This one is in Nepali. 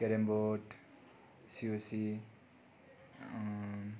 carrom board COC